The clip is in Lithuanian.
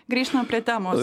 grįžtam prie temos